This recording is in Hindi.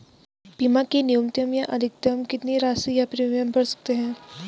बीमा की न्यूनतम या अधिकतम कितनी राशि या प्रीमियम भर सकते हैं?